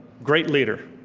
great leader,